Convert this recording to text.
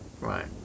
Right